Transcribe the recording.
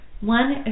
one